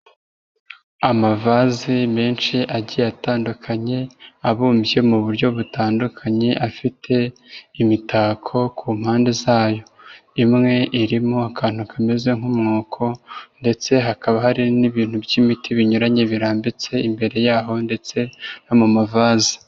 Amavaze menshi agiye atandukanye, abumbye mu buryo butandukanye afite imitako ku mpande zayo. Imwe irimo akantu kameze nk'umwuko ndetse hakaba hari n'ibintu by'imiti binyuranye birambitse imbere yaho ndetse no mu mavaze.